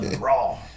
raw